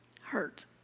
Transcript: Hurt